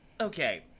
Okay